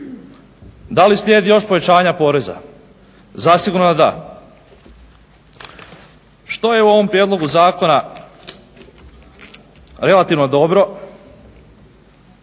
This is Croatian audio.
Da li slijedi još povećanja poreza? Zasigurno da. Što je u ovom prijedlogu zakona relativno dobro?